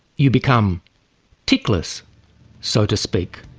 you become tickless so to speak.